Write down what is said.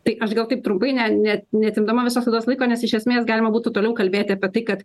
tai aš gal taip trumpai ne ne neatimdama viso to laiko nes iš esmės galima būtų toliau kalbėti apie tai kad